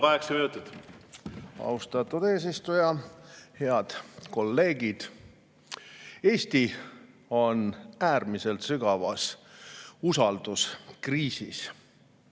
Austatud eesistuja! Head kolleegid! Eesti on äärmiselt sügavas usalduskriisis.